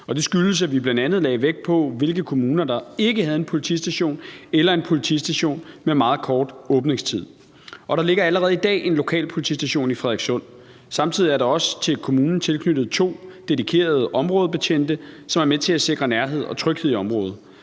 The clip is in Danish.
det skyldes, at vi bl.a. lagde vægt på, hvilke kommuner der ikke havde en politistation eller en politistation med meget kort åbningstid. Og der ligger allerede i dag en lokal politistation i Frederikssund. Samtidig er der også til kommunen tilknyttet to dedikerede områdebetjente, som er med til at sikre nærhed og tryghed i området.